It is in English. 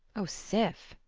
o sif,